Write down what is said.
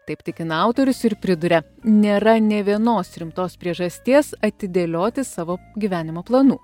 taip tikina autorius ir priduria nėra nė vienos rimtos priežasties atidėlioti savo gyvenimo planų